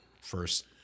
first